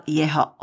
jeho